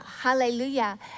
hallelujah